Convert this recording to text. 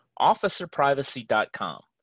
officerprivacy.com